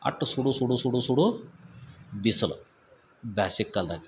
ಅಷ್ಟ್ ಸುಡು ಸುಡು ಸುಡು ಸುಡು ಬಿಸಿಲು ಬ್ಯಾಸಿಗ್ ಕಾಲದಾಗ